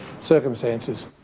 circumstances